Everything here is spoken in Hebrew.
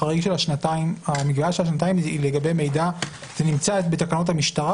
השנתיים לגבי מידע נמצא בתקנות המשטרה,